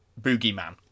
boogeyman